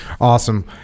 Awesome